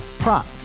Prop